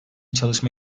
çalışma